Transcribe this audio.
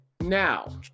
Now